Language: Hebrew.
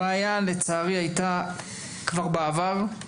הבעיה הייתה לצערי כבר בעבר.